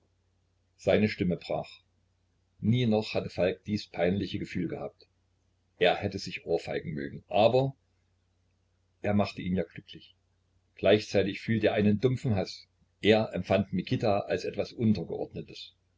seine stimme brach nie noch hatte falk dies peinliche gefühl gehabt er hätte sich ohrfeigen mögen aber er machte ihn ja glücklich gleichzeitig fühlte er einen dumpfen haß er empfand mikita als etwas untergeordnetes